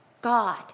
God